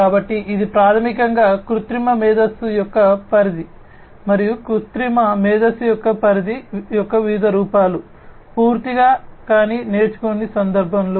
కాబట్టి ఇది ప్రాథమికంగా కృత్రిమ మేధస్సు యొక్క పరిధి మరియు కృత్రిమ మేధస్సు యొక్క పరిధి యొక్క వివిధ రూపాలు పూర్తిగా కానీ నేర్చుకునే సందర్భంలో